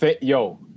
Yo